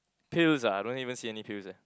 pills ah I don't even see any pills leh